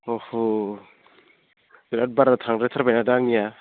अह' बिराद बारा थांद्राय थारबाय दा आंनिया